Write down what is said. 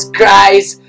Christ